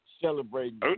celebrating